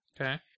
Okay